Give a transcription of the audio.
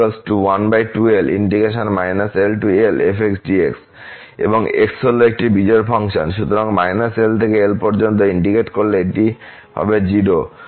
এবং x হল একটি বিজোড় ফাংশন সুতরাং −l থেকে l পর্যন্ত ইন্টিগ্রেট করলে এটি হবে 0